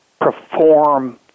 perform